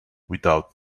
without